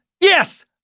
Yes